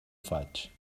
faig